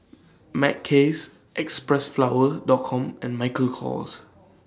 Mackays Xpressflower Dot Com and Michael Kors